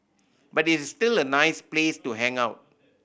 but it's still a nice place to hang out